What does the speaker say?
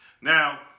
Now